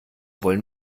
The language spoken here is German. wollen